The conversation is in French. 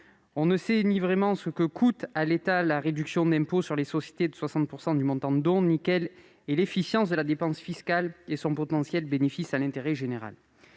On ne sait ni vraiment ce que coûte à l'État la réduction d'impôt sur les sociétés de 60 % du montant du don ni quelle est l'efficience de la dépense fiscale et son potentiel de bénéfices pour l'intérêt général.